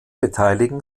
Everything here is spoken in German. beteiligen